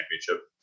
championship